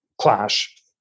clash